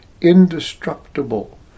indestructible